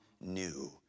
new